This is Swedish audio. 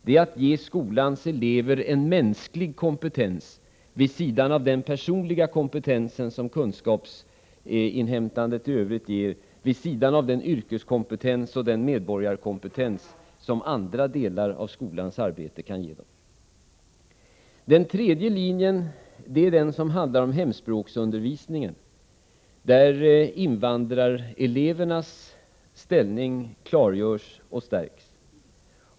Det är att ge skolans elever en mänsklig kompetens vid sidan av den personliga kompetensen, som kunskapsinhämtandet i övrigt ger, vid sidan av den yrkeskompetens och medborgarkompetens som andra delar av skolans arbete kan ge dem. Den tredje linjen i budgetpropositionen är den som handlar om hemspråksundervisningen, där invandrarelevernas ställning klargörs och stärks.